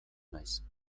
naiz